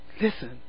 listen